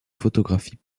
photographie